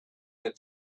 that